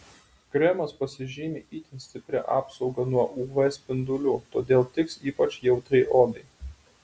kremas pasižymi itin stipria apsauga nuo uv spindulių todėl tiks ypač jautriai odai